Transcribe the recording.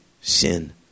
sin